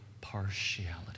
partiality